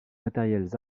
matériels